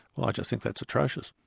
ah just think that's atrocious.